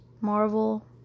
Marvel